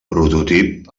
prototip